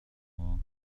maw